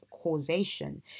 causation